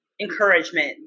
encouragement